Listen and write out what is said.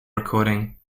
recording